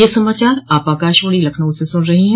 ब्रे क यह समाचार आप आकाशवाणी लखनऊ से सुन रहे हैं